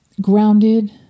grounded